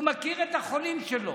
הוא מכיר את החולים שלו,